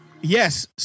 yes